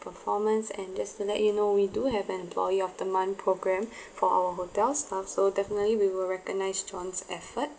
performance and just to let you know we do have an employee of the month programme for our hotel staff so definitely we will recognise john's effort